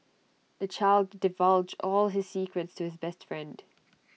the child divulged all his secrets to his best friend